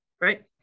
right